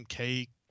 cake